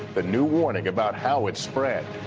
the new warning about how it's spread.